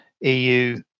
EU